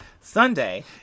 Sunday